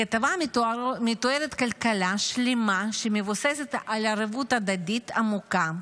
בכתבה מתוארת כלכלה שלמה שמבוססת על ערבות הדדית עמוקה,